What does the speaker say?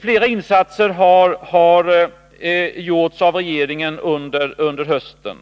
Flera insatser har gjorts av regeringen under hösten,